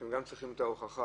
וגם את ההוכחה